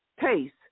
taste